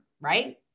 right